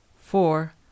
four